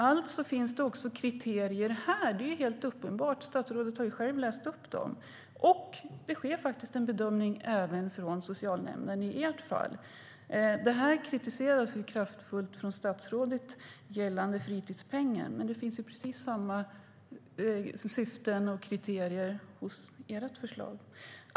Alltså finns det kriterier även här. Det är helt uppenbart. Statsrådet har själv räknat upp dem. Det sker faktiskt en bedömning från socialnämndens sida även i ert fall. Det kritiseras kraftigt av statsrådet när det gäller fritidspengen, men precis samma syften och kriterier finns i regeringens förslag.